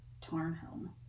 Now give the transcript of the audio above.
Tarnhelm